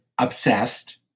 obsessed